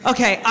Okay